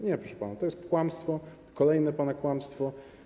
Nie, proszę pana, to jest kłamstwo, kolejne pana kłamstwo.